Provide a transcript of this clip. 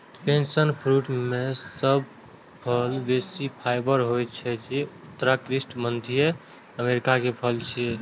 passion fruit मे सब फल सं बेसी फाइबर होइ छै, जे उष्णकटिबंधीय अमेरिका के फल छियै